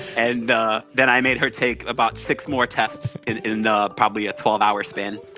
and then i made her take about six more tests in and ah probably a twelve hour span,